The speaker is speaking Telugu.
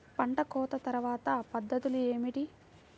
పంట కోత తర్వాత పద్ధతులు ఏమిటి?